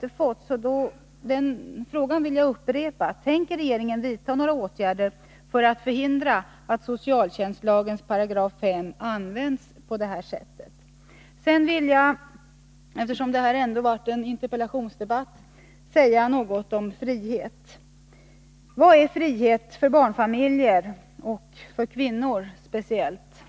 Därför vill jag upprepa den: Tänker regeringen vidta några åtgärder för att förhindra att socialtjänstlagens 5 § används på detta sätt? Eftersom detta är en interpellationsdebatt, vill jag säga något om frihet. Vad är frihet för barnfamiljer och för kvinnor speciellt